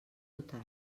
total